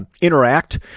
interact